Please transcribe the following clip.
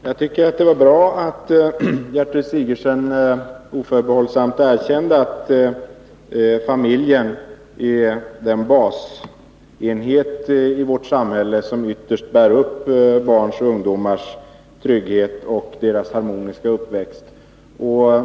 Herr talman! Jag tycker att det var bra att Gertrud Sigurdsen oförbehållsamt erkände att familjen är den basenhet i vårt samhälle som ytterst bär upp barns och ungdomars trygghet och deras harmoniska uppväxt.